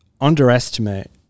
underestimate